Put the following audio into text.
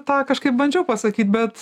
tą kažkaip bandžiau pasakyt bet